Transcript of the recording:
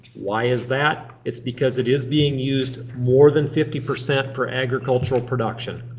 why is that? it's because it is being used more than fifty percent for agricultural production.